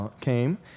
came